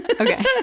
Okay